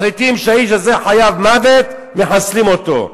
מחליטים שהאיש הזה חייב מוות, מחסלים אותו.